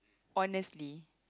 honestly